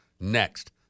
next